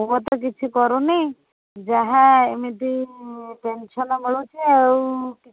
ପୁଅ ତ କିଛି କରୁନି ଯାହା ଏମିତି ପେନସନ୍ ମିଳୁଛି ଆଉ କିଛି